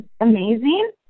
amazing